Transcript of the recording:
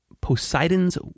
Poseidon's